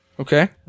Okay